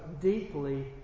deeply